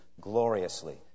gloriously